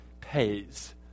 pays